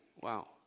Wow